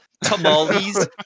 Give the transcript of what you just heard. Tamales